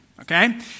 okay